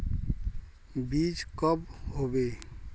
बीज कब होबे?